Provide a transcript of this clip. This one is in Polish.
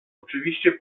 oczywiście